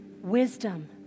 wisdom